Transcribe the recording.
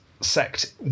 sect